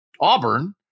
Auburn